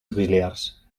auxiliars